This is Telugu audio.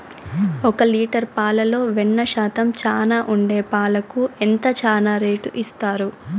ఒక లీటర్ పాలలో వెన్న శాతం చానా ఉండే పాలకు ఎంత చానా రేటు ఇస్తారు?